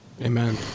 Amen